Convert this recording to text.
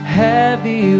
heavy